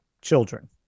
children